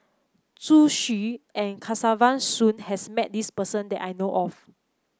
Zhu Xu and Kesavan Soon has met this person that I know of